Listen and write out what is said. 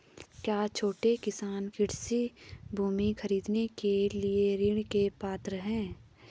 क्या छोटे किसान कृषि भूमि खरीदने के लिए ऋण के पात्र हैं?